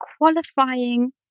qualifying